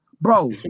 bro